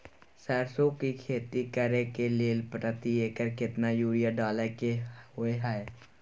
सरसो की खेती करे के लिये प्रति एकर केतना यूरिया डालय के होय हय?